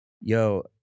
Yo